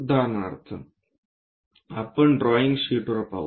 उदाहरणार्थ आपण drawing sheet पाहू